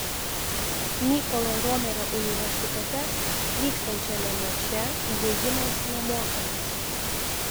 mykolo romerio universitete vyksiančiame mače įėjimas nemokamas